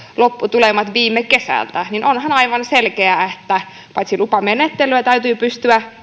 lopputulemat viime kesältä niin onhan aivan selkeää että paitsi lupamenettelyä täytyy pystyä